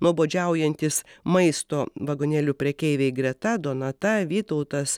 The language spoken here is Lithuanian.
nuobodžiaujantys maisto vagonėlių prekeiviai greta donata vytautas